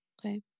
Okay